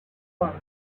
park